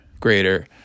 greater